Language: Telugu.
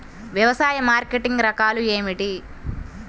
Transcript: వ్యవసాయ మార్కెటింగ్ రకాలు ఏమిటి?